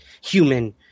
human